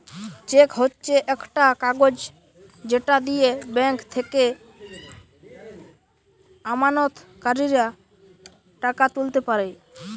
check হচ্ছে একটা কাগজ যেটা দিয়ে ব্যাংক থেকে আমানতকারীরা টাকা তুলতে পারে